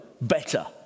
better